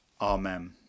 Amen